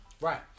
Right